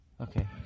Okay